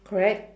correct